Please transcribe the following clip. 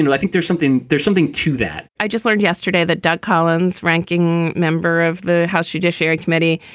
and i think there's something there's something to that i just learned yesterday that doug collins, ranking member of the house judiciary committee,